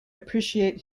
appreciate